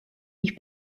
ich